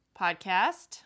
podcast